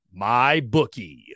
MyBookie